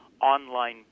online